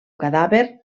cadàver